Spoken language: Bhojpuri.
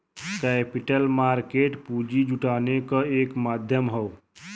कैपिटल मार्केट पूंजी जुटाने क एक माध्यम हौ